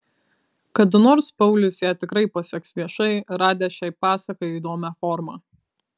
kada nors paulius ją tikrai paseks viešai radęs šiai pasakai įdomią formą